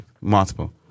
Multiple